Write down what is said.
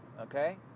okay